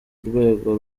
rwego